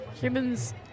humans